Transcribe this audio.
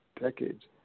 decades